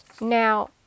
Now